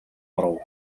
оров